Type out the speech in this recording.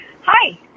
Hi